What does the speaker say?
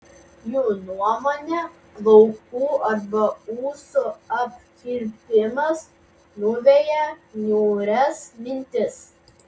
jų nuomone plaukų arba ūsų apkirpimas nuveja niūrias mintis